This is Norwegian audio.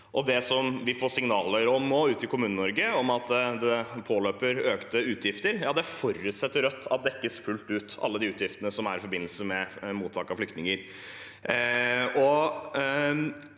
Det vi får signaler om ute i Kommune-Norge nå, om at det påløper økte utgifter, forutsetter Rødt at dekkes fullt ut – alle de utgiftene som er i forbindelse med mottak av flyktninger.